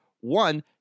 One